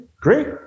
great